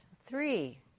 three